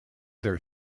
their